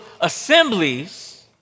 assemblies